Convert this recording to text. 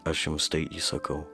aš jums tai įsakau